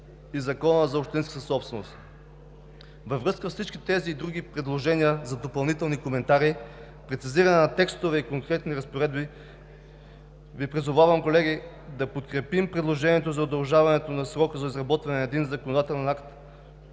и Закона за общинската собственост. Във връзка с всички тези и други предложения за допълнителни коментари, прецизиране на текстове и конкретни разпоредби Ви призовавам, колеги, да подкрепим предложението за удължаване на срока за изработване на единен законодателен акт,